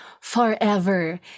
forever